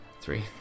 Three